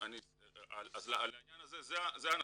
זה הנתון.